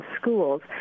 schools